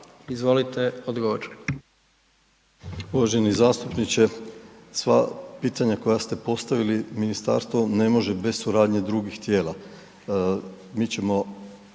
Dražen (HDZ)** Uvaženi zastupniče, sva pitanja koja ste postavili, ministarstvo ne može bez suradnje drugih tijela.